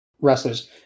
wrestlers